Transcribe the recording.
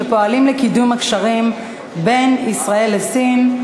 שפועלים לקידום הקשרים בין ישראל לסין.